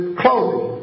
clothing